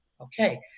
Okay